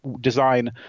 design